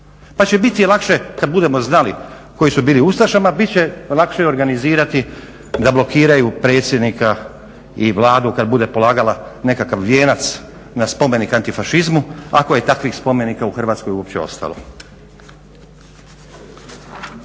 pa će biti lakše kada budemo znali koji su bili u ustašama bit će lakše organizirati da blokiraju predsjednika i Vladu kada bude polagala nekakav vijenac antifašizmu ako je takvih spomenika u Hrvatskoj uopće ostalo.